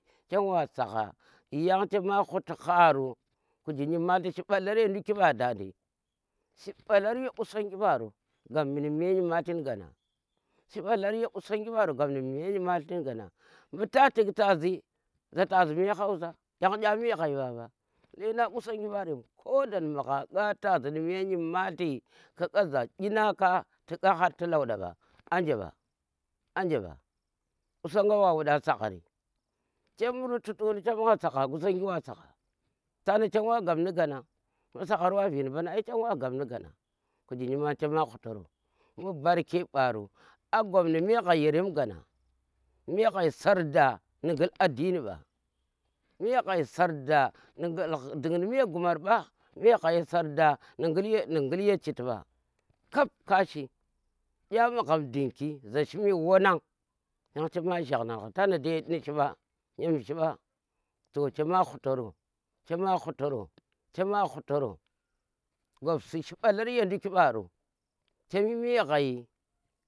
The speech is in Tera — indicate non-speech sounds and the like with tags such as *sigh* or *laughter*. Chem wa sagha yan chema huti ha ro kuji nyimalti. shi balar ye nduki ba *unintelligible* shi mbalar ye qusangi mbaro gapmi nu me nyimalti gana mbu ta tik tazi za tazi me hausa yan kya me xhai mba ba lendang qusongi mba remu koda nu maghamkha tazi mu me nyimalti ku kha za in har ti lauda mba, anje mba anje mba qusonga wa waɗa sagari, cem rututi cem wa saga, qusonga wa wada sogha ta na chem wa gap ni gana. to saghar wa vee ni mba tana ai chem wa gap ni gana Kuji nyimalti chema khutaro barke ɓaro a gap ni me ghai yorem, me ghoi sar da ni gul addini ɓa, me ghai sar da ni gul shi dundi me gumar ɓa, me ghoi sar da ni gula ya citi ɓa, kap kashi ɗa magham ding ki za shimi wana yang chema gjang na ga tana dai ni shi ɓa, yang to chema khutaro, chama hutoro, chema hutoro, chema hutoro gopsi shi ɓalar ya nduki ɓaro cem shi me ghai.